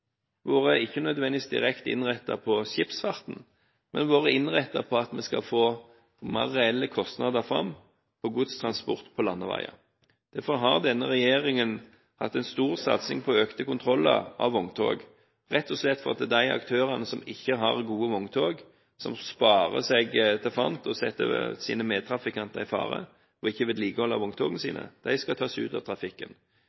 ikke nødvendigvis direkte mot skipsfarten, men på at vi skal få fram mer reelle kostnader for godstransport på landeveien. Derfor har denne regjeringen hatt en stor satsing på økte kontroller av vogntog, rett og slett for at de aktørene som ikke har gode vogntog, som sparer seg til fant, setter sine medtrafikanter i fare og ikke vedlikeholder vogntogene sine, skal tas ut av